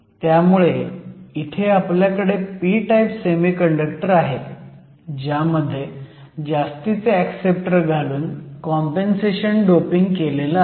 त्यामुळे इथे आपल्याकडे p टाईप सेमीकंडक्टर आहे ज्यामध्ये जास्तीचे ऍक्सेप्टर घालून कॉम्पेनसेशन डोपिंग केलं आहे